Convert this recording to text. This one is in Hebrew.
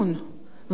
ולא היו.